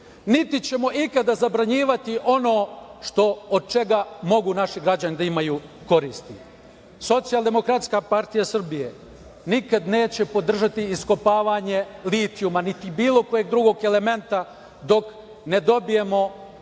niti ćemo ikada zabranjivati ono što, od čega mogu naši građani da imaju koristi. Socijaldemokratska partija Srbije nikada neće podržati iskopavanje litijuma, niti bilo kog drugog elementa dok ne dobijemo dokumente